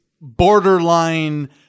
borderline